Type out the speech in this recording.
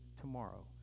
tomorrow